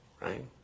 right